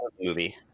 movie